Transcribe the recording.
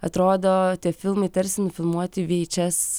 atrodo tie filmai tarsi nufilmuoti vhs